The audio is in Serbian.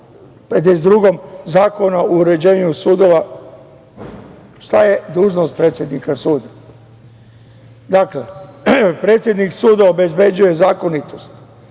52. Zakona o uređenju sudova, šta je dužnost predsednika suda. Dakle, predsednik suda obezbeđuje zakonitost,